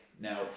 now